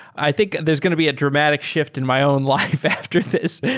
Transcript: i think there's going to be a dramatic shift in my own life after this,